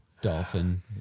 Dolphin